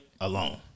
alone